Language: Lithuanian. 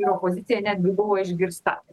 opozicija netgi buvo išgirsta